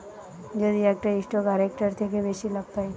যদি একটা স্টক আরেকটার থেকে বেশি লাভ পায়